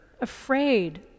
afraid